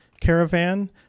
Caravan